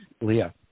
Leah